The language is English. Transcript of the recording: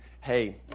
Hey